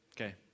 Okay